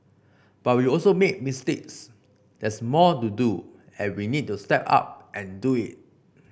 but we also made mistakes there's more to do and we need to step up and do it